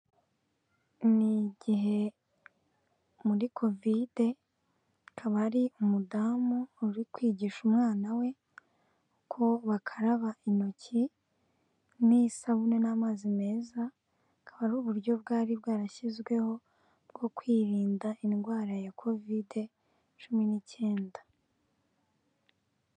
Ni igihe muri kovide akaba ari umudamu uri kwigisha umwana we uko bakaraba intoki n'isabune n'amazi meza, akaba ari uburyo bwari bwarashyizweho bwo kwirinda indwara ya kovide cumi n'icyenda.